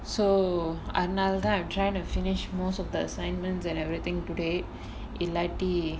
so அதனால தான்:athanaala thaan I am trying to finish most of the assignments and everything today இல்லாட்டி:illaatti